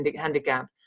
handicap